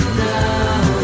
now